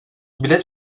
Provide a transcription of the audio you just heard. bilet